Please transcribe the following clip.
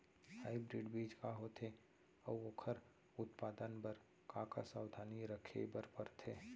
Hybrid बीज का होथे अऊ ओखर उत्पादन बर का का सावधानी रखे बर परथे?